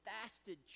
fasted